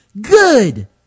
good